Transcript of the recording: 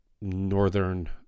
northern